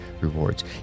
rewards